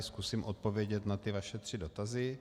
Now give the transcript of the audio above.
Zkusím odpovědět na ty vaše tři dotazy.